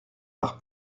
par